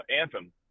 anthem